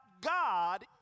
God